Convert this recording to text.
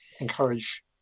encourage